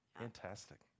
Fantastic